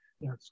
Yes